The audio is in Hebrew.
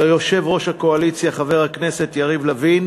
וליושב-ראש הקואליציה חבר הכנסת יריב לוין,